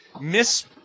miss